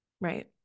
right